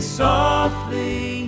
softly